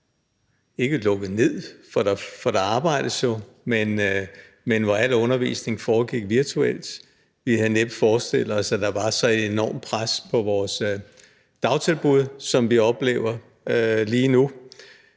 ikke lukket ned, for der arbejdes jo, men hvor al undervisning foregik virtuelt. Vi havde næppe forestillet os, at der var et så enormt pres på vores dagtilbud, sådan som vi oplever lige nu.